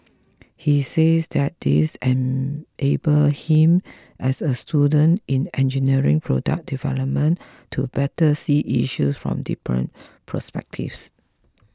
he says that this enabled him as a student in engineering product development to better see issues from different perspectives